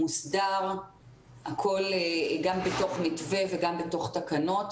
מוסדר והכול בתוך מתווה וגם בתוך תקנות.